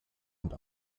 und